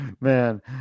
man